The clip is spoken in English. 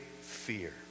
fear